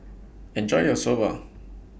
Enjoy your Soba